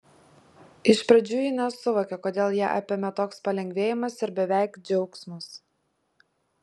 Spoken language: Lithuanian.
iš pradžių ji nesuvokė kodėl ją apėmė toks palengvėjimas ir beveik džiaugsmas